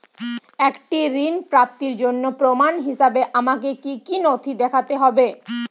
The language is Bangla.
একটি ঋণ প্রাপ্তির জন্য প্রমাণ হিসাবে আমাকে কী কী নথি দেখাতে হবে?